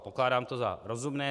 Pokládám to za rozumné.